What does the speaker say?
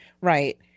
right